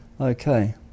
Okay